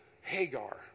Hagar